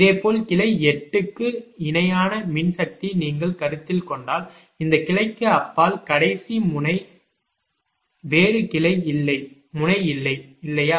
இதேபோல் கிளை 8 க்கு இணையான மின்சக்தியை நீங்கள் கருத்தில் கொண்டால் இந்த கிளைக்கு அப்பால் கடைசி முனை வேறு கிளை இல்லை முனை இல்லை இல்லையா